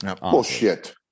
Bullshit